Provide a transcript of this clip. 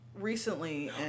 Recently